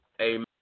Amen